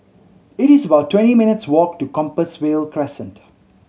it's about twenty minutes' walk to Compassvale Crescent